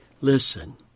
listen